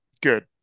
good